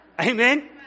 Amen